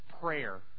prayer